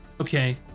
Okay